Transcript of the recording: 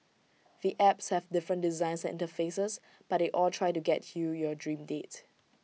the apps have different designs and interfaces but they all try to get you your dream date